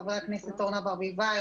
חברת הכנסת אורנה ברביבאי,